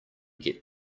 get